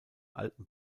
alten